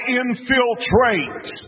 infiltrate